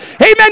Amen